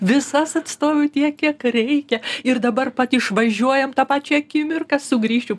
visas atstoviu tiek kiek reikia ir dabar pat išvažiuojam tą pačią akimirką sugrįšiu